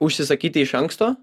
užsisakyti iš anksto